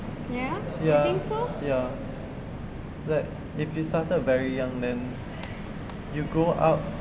ya ya like if you started very young then you grow up